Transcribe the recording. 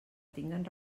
tinguen